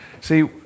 See